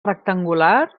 rectangular